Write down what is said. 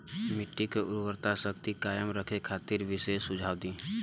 मिट्टी के उर्वरा शक्ति कायम रखे खातिर विशेष सुझाव दी?